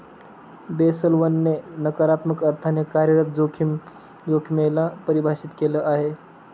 Basel one ने नकारात्मक अर्थाने कार्यरत जोखिमे ला परिभाषित केलं आहे